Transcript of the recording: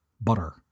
Butter